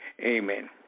Amen